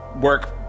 work